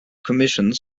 commissioning